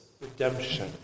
redemption